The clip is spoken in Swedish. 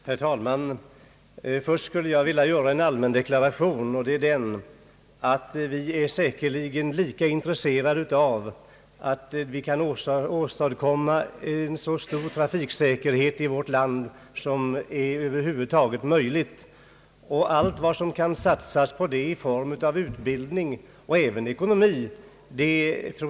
Herr talman! Först vill jag göra en allmän deklaration, och det är att vi säkerligen alla är lika intresserade av att åstadkomma en så stor trafiksäkerhet i vårt land som över huvud taget är möjlig och att vi är överens om att satsa allt som kan satsas på detta i form av utbildning och även ekonomi.